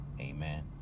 Amen